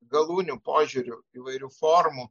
galūnių požiūriu įvairių formų